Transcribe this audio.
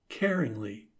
caringly